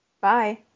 Bye